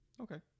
Okay